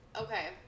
Okay